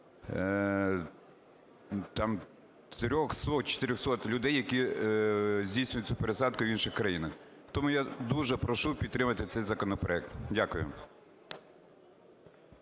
там 300-400 людей, які здійснюють цю пересадку в інших країнах. Тому я дуже прошу підтримати цей законопроект. Дякую.